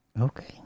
Okay